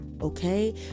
Okay